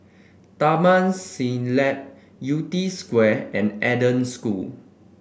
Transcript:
Taman Siglap Yew Tee Square and Eden School